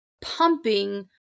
pumping